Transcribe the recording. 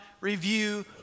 review